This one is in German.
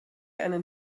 einen